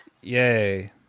Yay